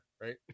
right